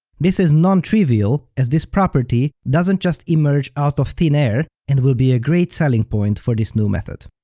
this is non-trivial as this property doesn't just emerge out of thin air, and will be a great selling point for this new method.